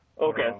Okay